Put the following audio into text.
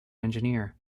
engineer